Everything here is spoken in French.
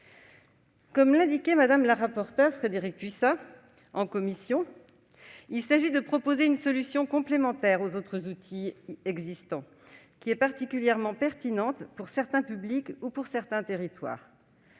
Comme Mme la rapporteure Frédérique Puissat l'a indiqué en commission, il s'agit de proposer « une solution complémentaire aux autres outils existants, qui serait particulièrement pertinente pour certains publics ou pour certains territoires